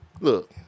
look